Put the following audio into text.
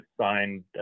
signed